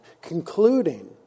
concluding